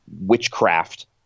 witchcraft